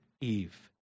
Eve